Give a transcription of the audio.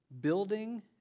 building